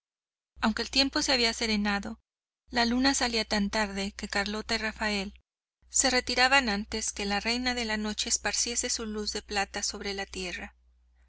aunque el tiempo se había serenado la luna salía tan tarde que carlota y rafael se retiraban antes que la reina de la noche esparciese su luz de plata sobre la tierra